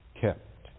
kept